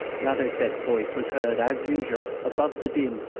ladoucette's voice was heard, as usual, above the din,